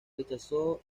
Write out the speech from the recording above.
rechazó